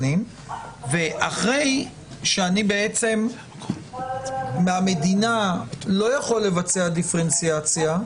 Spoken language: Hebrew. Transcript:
ואחרי שאני מהמדינה לא יכול לבצע דיפרנציאציה,